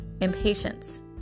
impatience